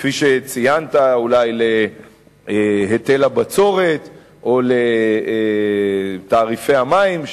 כפי שציינת, אולי להיטל הבצורת או לתעריפי המים.